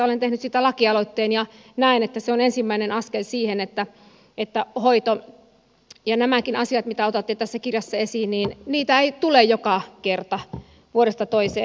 olen tehnyt siitä lakialoitteen ja näen että se on ensimmäinen askel siihen että näitäkään asioita mitä otatte tässä kirjassa esiin ei tule joka kerta vuodesta toiseen